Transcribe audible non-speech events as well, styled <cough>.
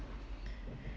<breath>